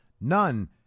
none